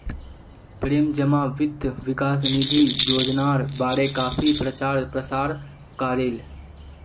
प्रेम जमा वित्त विकास निधि योजनार बारे काफी प्रचार प्रसार करील